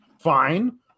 fine